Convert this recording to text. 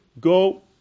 go